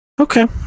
Okay